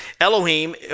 Elohim